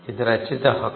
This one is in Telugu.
ఇది రచయిత హక్కు